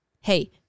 hey